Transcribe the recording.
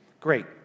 great